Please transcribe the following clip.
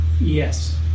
Yes